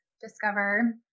discover